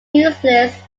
useless